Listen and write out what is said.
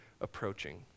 approaching